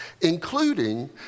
including